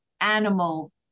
animal